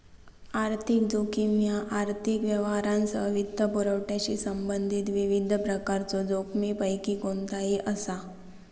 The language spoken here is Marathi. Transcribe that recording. आर्थिक जोखीम ह्या आर्थिक व्यवहारांसह वित्तपुरवठ्याशी संबंधित विविध प्रकारच्यो जोखमींपैकी कोणताही असा